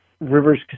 Rivers